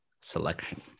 selection